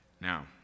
Now